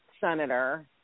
Senator